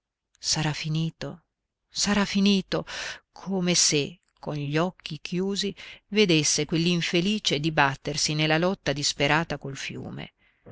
sarà finito sarà finito come se con gli occhi chiusi vedesse quell'infelice dibattersi nella lotta disperata col fiume